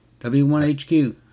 W1HQ